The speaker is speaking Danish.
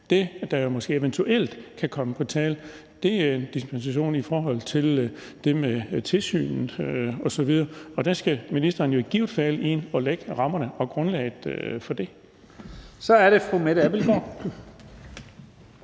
Det, der måske eventuelt kan komme på tale, er en dispensation i forhold til det med tilsynet osv., og der skal ministeren jo i givet fald ind at lægge rammerne og grundlaget for det. Kl. 17:20 Første næstformand